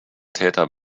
täter